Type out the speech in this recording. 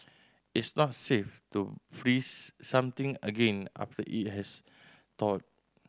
it's not safe to freeze something again after it has thawed